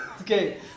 Okay